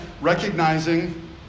recognizing